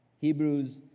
Hebrews